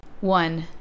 One